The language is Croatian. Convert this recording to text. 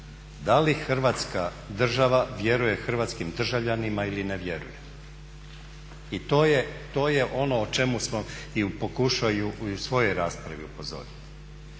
da li Hrvatska država vjeruje hrvatskim državljanima ili ne vjeruje i to je ono o čemu smo i pokušali i u svojoj raspravi upozoriti.